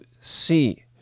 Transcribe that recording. see